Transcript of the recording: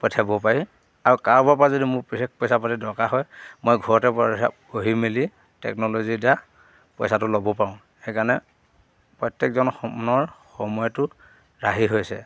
পঠিয়াব পাৰি আৰু কাৰোবাৰ পৰা যদি মোৰ বিশেষ পইচা পাতি দৰকাৰ হয় মই ঘৰতে বহি মেলি টেকন'লজিৰ দ্বাৰা পইচাটো ল'ব পাৰোঁ সেইকাৰণে প্ৰত্যেকজন সময়ৰ সময়টো ৰাহি হৈছে